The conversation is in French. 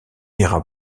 ira